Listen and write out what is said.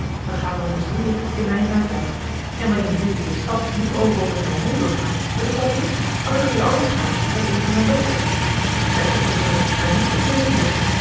wij gaan dan met ons drieën in mijn rijtuig en wanneer jelui in de stad niet overal met mij mee wilt gaan dan is dat niets want dan kun je altijd gaan met eene van mijn dochters ik wed dat je moeder er niets op tegen heeft